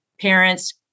parents